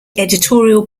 editorial